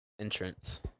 entrance